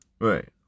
Right